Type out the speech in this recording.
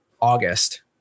August